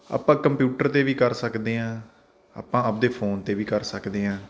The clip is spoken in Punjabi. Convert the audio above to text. ਆਪਾਂ ਕੰਪਿਊਟਰ 'ਤੇ ਵੀ ਕਰ ਸਕਦੇ ਹਾਂ ਆਪਾਂ ਆਪਣੇ ਫੋਨ 'ਤੇ ਵੀ ਕਰ ਸਕਦੇ ਹਾਂ